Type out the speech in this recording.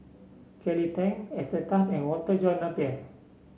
Kelly Tang Esther Tan and Walter John Napier